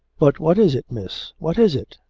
but what is it, miss, what is it?